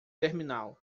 terminal